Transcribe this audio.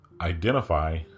identify